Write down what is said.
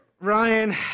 Ryan